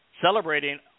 celebrating